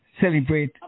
celebrate